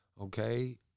okay